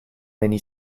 many